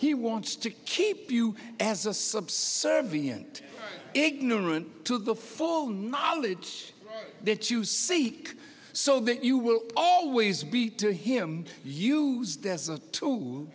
he wants to keep you as a subservient ignorant to the full knowledge that you seek so that you will always be to him used as